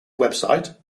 website